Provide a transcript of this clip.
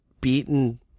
beaten